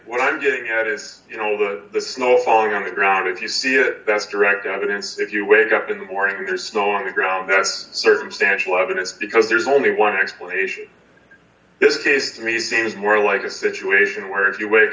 what i'm getting at is you know the snow falling on the ground if you see it that's direct evidence if you wake up in the morning or snow on the ground yes circumstantial evidence because there's only one explanation this case to me seems more like a situation where if you wake